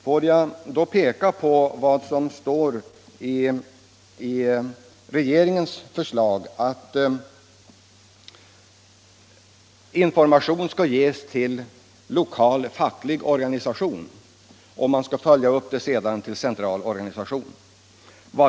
Får jag då peka på att det i regeringens förslag står, att information skall ges till lokal facklig organisation och att informationsskyldigheten sedan skall följas upp hos central organisation.